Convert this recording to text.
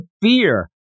beer